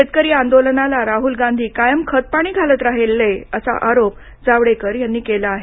शेतकरी आंदोलनाला राहुल गांधी कायम खतपाणी घालत राहिले असा आरोप जावडेकर यांनी केला आहे